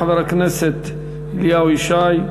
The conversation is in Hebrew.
חבר הכנסת אליהו ישי,